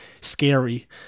scary